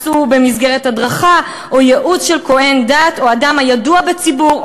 במסגרת הדרכה או ייעוץ של כוהן דת או אדם הידוע בציבור,